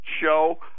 show